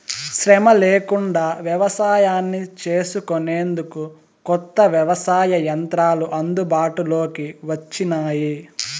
శ్రమ లేకుండా వ్యవసాయాన్ని చేసుకొనేందుకు కొత్త వ్యవసాయ యంత్రాలు అందుబాటులోకి వచ్చినాయి